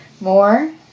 more